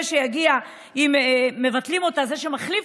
מבטלים אותה.